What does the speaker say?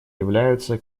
являются